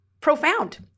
profound